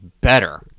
better